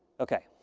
okay.